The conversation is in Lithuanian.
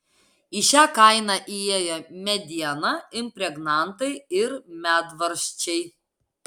į šią kainą įėjo mediena impregnantai ir medvaržčiai